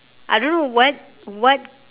I don't know what what